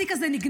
התיק הזה נגנז,